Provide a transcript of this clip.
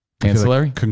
Ancillary